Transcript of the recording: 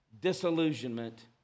Disillusionment